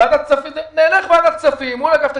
ועדת הכספים מול אגף תקציבים,